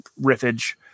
riffage